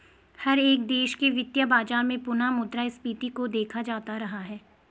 हर एक देश के वित्तीय बाजार में पुनः मुद्रा स्फीती को देखा जाता रहा है